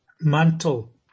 mantle